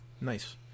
Nice